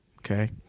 okay